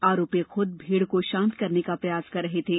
आरोपी खूद भीड को शांत करने का प्रयास कर रहे थे